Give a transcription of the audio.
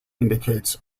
indicates